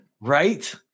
Right